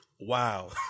Wow